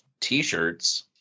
t-shirts